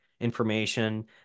information